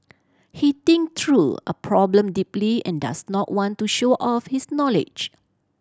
he thinks through a problem deeply and does not want to show off his knowledge